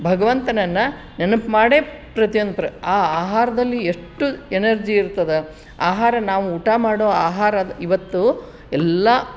ಭಗವಂತನನ್ನ ನೆನಪು ಮಾಡೇ ಪ್ರತಿಯೊಂದು ಪ್ರ ಆ ಆಹಾರದಲ್ಲಿ ಎಷ್ಟು ಎನರ್ಜಿ ಇರ್ತದೆ ಆಹಾರ ನಾವು ಊಟ ಮಾಡೋ ಆಹಾರ ಇವತ್ತು ಎಲ್ಲ